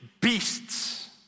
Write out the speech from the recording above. beasts